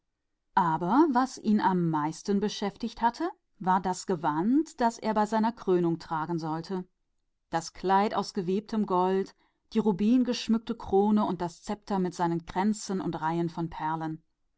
aber am meisten hatte ihn das gewand beschäftigt das er bei seiner krönung tragen sollte das gewand aus gewebtem gold die rubinenbesetzte krone und das zepter mit den reihen und ringen von perlen